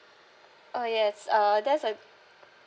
oh yes uh that's a